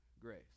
grace